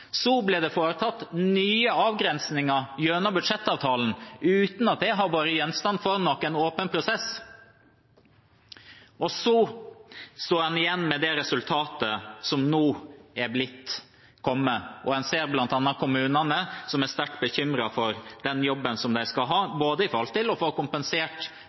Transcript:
Så ble det foretatt nye avgrensninger gjennom budsjettavtalen – uten at det hadde vært gjenstand for en åpen prosess. Så sto en igjen med det resultatet en nå har, hvor en bl.a. ser at kommunene er sterkt bekymret for jobben med å få kompensert inntektstapet og den store jobben som skal gjøres med tanke på retaksering. Jeg håper at flertallet i